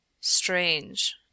Strange